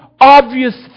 obvious